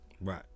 right